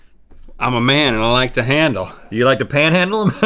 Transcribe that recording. i'm a man and i like to handle. you like to panhandle?